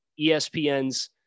ESPN's